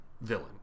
villain